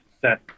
set